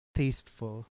tasteful